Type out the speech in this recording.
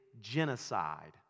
genocide